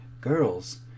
Girls